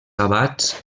abats